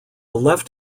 left